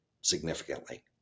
significantly